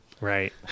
Right